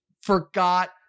forgot